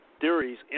theories